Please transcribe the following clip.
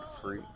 free